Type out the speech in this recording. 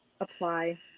apply